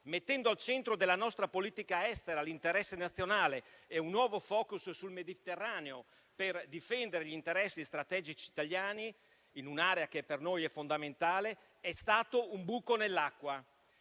mettendo al centro della nostra politica estera l'interesse nazionale e un nuovo *focus* sul Mediterraneo per difendere gli interessi strategici italiani in un'area per noi fondamentale, è stato un buco nell'acqua.